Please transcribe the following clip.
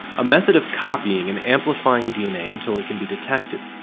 a method of copying and amplifying dna until it can be detected.